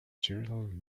general